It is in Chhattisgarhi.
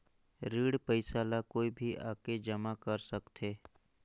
ऋण पईसा ला कोई भी आके जमा कर सकथे?